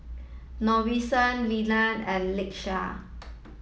Verna and Lakesha